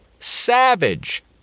Savage